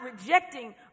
rejecting